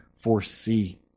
foresee